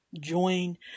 join